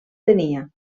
tenia